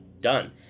Done